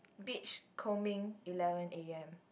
beach combing eleven A_M